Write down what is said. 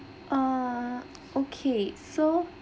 uh okay so